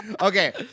Okay